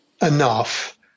enough